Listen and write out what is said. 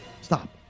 Stop